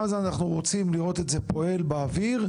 כמה זמן אנחנו רוצים לראות את זה פועל באוויר,